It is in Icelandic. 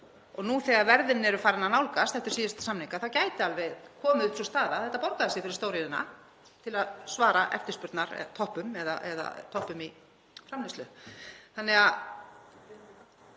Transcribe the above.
Og nú þegar verðmunurinn að farinn að minnka eftir síðustu samninga þá gæti alveg komið upp sú staða að þetta borgaði sig fyrir stóriðjuna til að svara eftirspurnartoppum eða toppum í framleiðslu.